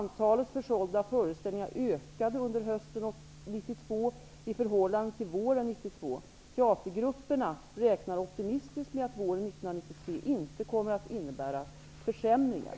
Antalet försålda föreställningar ökade under hösten 1992 i förhållande till våren 1992. Teatergrupperna räknar optimistiskt med att våren 1993 inte kommer att innebära försämringar.